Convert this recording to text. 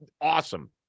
awesome